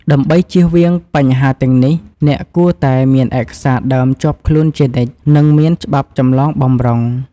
ដើម្បីចៀសវាងបញ្ហាទាំងនេះ អ្នកគួរតែ មានឯកសារដើមជាប់ខ្លួនជានិច្ច និងមានច្បាប់ចម្លងបម្រុង។